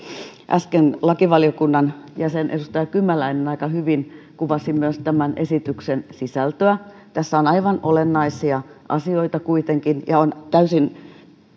äsken lakivaliokunnan jäsen edustaja kymäläinen aika hyvin kuvasi myös tämän esityksen sisältöä tässä on aivan olennaisia asioita kuitenkin ja on